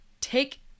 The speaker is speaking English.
take